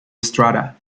estrada